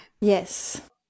yes